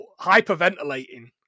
hyperventilating